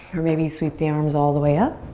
or maybe sweep the arms all the way up.